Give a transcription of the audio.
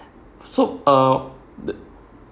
so uh th~